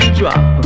drop